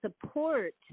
support